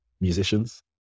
musicians